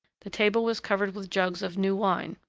the table was covered with jugs of new wine.